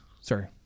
Sorry